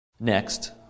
Next